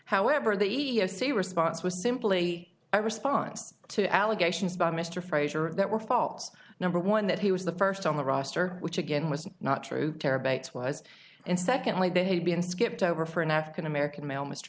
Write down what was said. however the e e o c response was simply a response to allegations by mr frazier that were faults number one that he was the first on the roster which again was not true terabits was and secondly behave been skipped over for an african american male mr